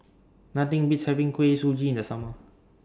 Nothing Beats having Kuih Suji in The Summer